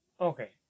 Okay